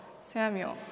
Samuel